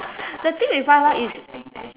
the thing with Y_Y is